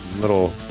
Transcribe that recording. little